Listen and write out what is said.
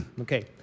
Okay